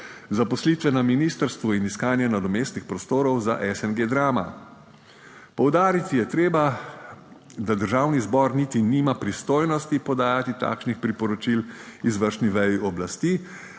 zaposlitve na ministrstvu in iskanje nadomestnih prostorov za SNG Drama. Poudariti je treba, da državni zbor niti nima pristojnosti podajati takšnih priporočil izvršni veji oblasti.